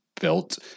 Built